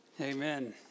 Amen